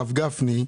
הרב גפני,